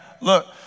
Look